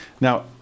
Now